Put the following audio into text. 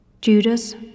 Judas